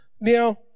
now